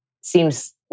seems